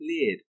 cleared